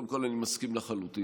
קודם כול, אני מסכים לחלוטין.